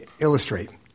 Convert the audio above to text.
illustrate